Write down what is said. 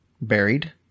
buried